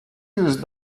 used